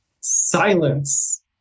silence